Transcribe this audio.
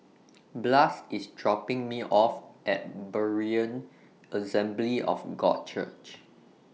Blas IS dropping Me off At Berean Assembly of God Church